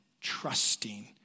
trusting